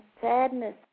sadness